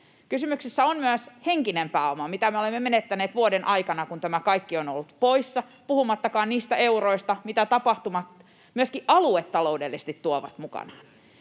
Kysymyksessä on myös henkinen pääoma, mitä me olemme menettäneet vuoden aikana, kun tämä kaikki on ollut poissa, puhumattakaan niistä euroista, mitä tapahtumat myöskin aluetaloudellisesti tuovat mukanaan.